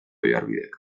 oiarbidek